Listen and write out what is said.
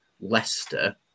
Leicester